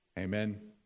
Amen